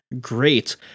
great